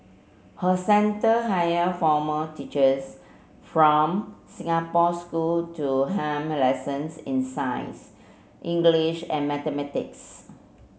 her centre hire former teachers from Singapore school to helm lessons in science English and mathematics